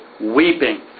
weeping